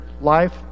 life